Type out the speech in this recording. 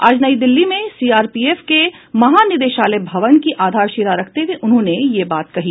आज नई दिल्ली में सीआरपीएफ के महानिदेशालय भवन की आधारशिला रखते हुए उन्होंने यह बात कही